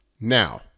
Now